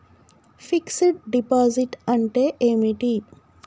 Fix డ్ deposit అంటే ఏమిటి?